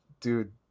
Dude